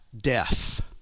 death